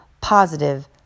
positive